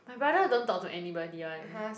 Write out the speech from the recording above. my brother don't talk to anybody [one]